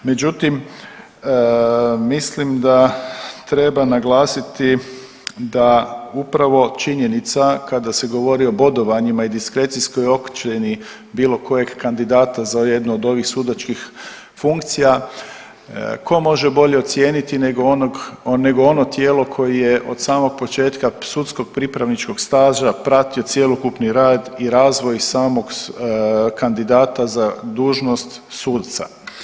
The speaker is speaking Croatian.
Međutim, mislim da treba naglasiti da upravo činjenica kada se govori o bodovanjima i diskrecijskoj ocjeni bilo kojeg kandidata za jednu od ovih sudačkih funkcija tko može bolje ocijeniti nego ono tijelo koje od samog početka sudskog pripravničkog staža pratio cjelokupni rad i razvoj samog kandidata za dužnost suca.